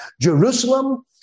Jerusalem